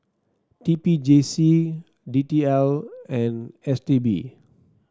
T P J C D T L and S T B